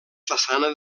façana